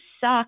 suck